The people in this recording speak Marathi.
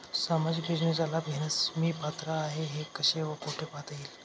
सामाजिक योजनेचा लाभ घेण्यास मी पात्र आहे का हे कसे व कुठे पाहता येईल?